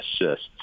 assists